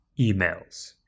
emails